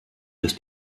des